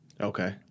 Okay